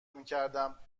میکردم